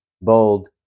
bold